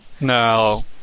No